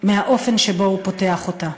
מהאופן שבו הוא פותח אותה.